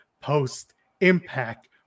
post-impact